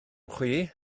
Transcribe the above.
chwi